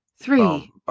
Three